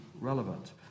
relevant